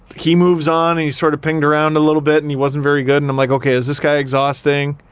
he moves on and he sort of pinged around a little bit and he wasn't very good and i'm like. okay, is this guy exhausting?